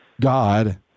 God